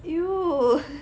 !eww!